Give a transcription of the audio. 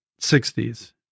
60s